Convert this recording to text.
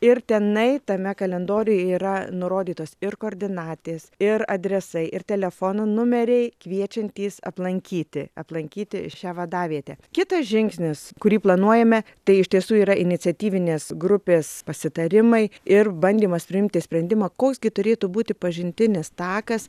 ir tenai tame kalendoriuje yra nurodytos ir koordinatės ir adresai ir telefono numeriai kviečiantys aplankyti aplankyti šią vadavietę kitas žingsnis kurį planuojame tai iš tiesų yra iniciatyvinės grupės pasitarimai ir bandymas priimti sprendimą koks gi turėtų būti pažintinis takas